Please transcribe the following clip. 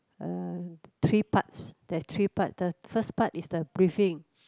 uh three parts there's three part the first part is the briefing